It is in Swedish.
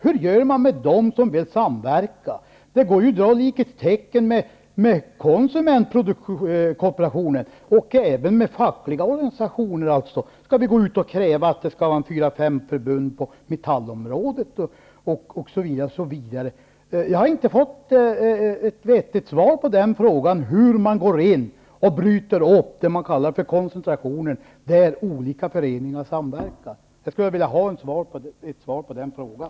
Hur gör man med dem som vill samverka? Det går ju att sätta likhetstecken mellan producentkooperationen och konsumentkooperationen och även fackliga organisationer. Skall vi kräva att det skall finnas en fyra fem förbund på metallområdet, osv? Jag har inte fått ett vettigt svar på frågan hur man går in där olika föreningar samverkar och bryter upp det man kallar koncentrationen. Jag skulle vilja ha ett svar på den frågan.